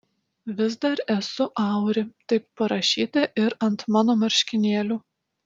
vis dar esu auri taip parašyta ir ant mano marškinėlių